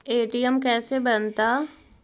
ATM कैसे बनता?